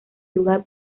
lugar